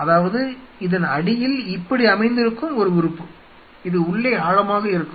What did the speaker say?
அதாவது இதன் அடியில் இப்படி அமைந்திருக்கும் ஒரு உறுப்பு இது உள்ளே ஆழமாக இருக்கும்